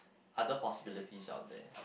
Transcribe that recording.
other possibilities out there